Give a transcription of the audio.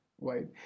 right